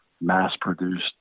mass-produced